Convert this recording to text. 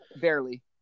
barely